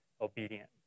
obedient